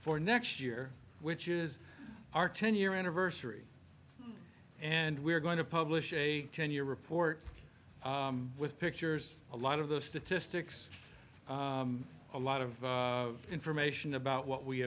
for next year which is our ten year anniversary and we're going to publish a ten year report with pictures a lot of the statistics a lot of information about what we